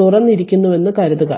തുറന്നിരിക്കുന്നുവെന്ന് കരുതുക